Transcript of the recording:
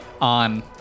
on